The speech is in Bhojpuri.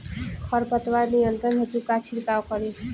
खर पतवार नियंत्रण हेतु का छिड़काव करी?